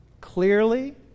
clearly